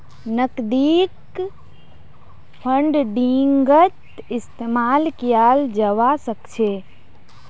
नकदीक फंडिंगत इस्तेमाल कियाल जवा सक छे